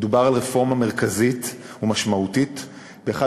מדובר על רפורמה מרכזית ומשמעותית באחד